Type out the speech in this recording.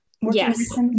Yes